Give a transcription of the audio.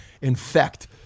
infect